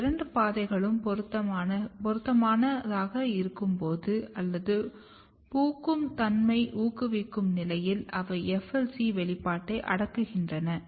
இந்த இரண்டு பாதைகளும் பொருத்தமானதாக இருக்கும்போது அல்லது பூக்கும் தன்மையை ஊக்குவிக்கும் நிலையில் அவை FLC வெளிப்பாட்டை அடக்குகின்றன